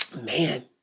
Man